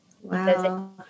Wow